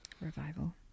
Revival